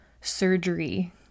surgery